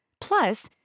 Plus